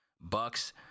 bucks